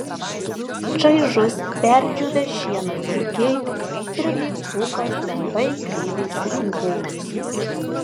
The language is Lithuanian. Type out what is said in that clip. čaižus perdžiūvęs šienas dulkėjo ir lyg pūkas lengvai grėbėsi į volus